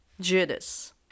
Judas